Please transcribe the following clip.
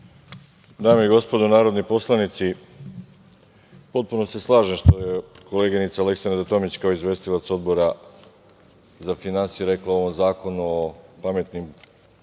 Dame i gospodo narodni poslanici, potpuno se slažem što je koleginica Aleksandra Tomić kao izvestilac Odbora za finansije rekla o ovom Zakonu o zaduženju